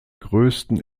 größten